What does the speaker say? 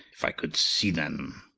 if i could see them.